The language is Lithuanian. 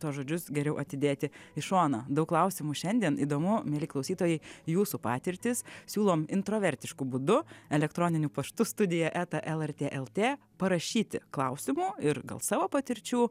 tuos žodžius geriau atidėti į šoną daug klausimų šiandien įdomu mieli klausytojai jūsų patirtys siūlome introvertišku būdu elektroniniu paštu studija eta lrt lt parašyti klausimų ir gal savo patirčių